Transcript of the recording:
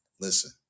Listen